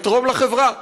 לתרום לחברה,